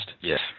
Yes